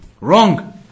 Wrong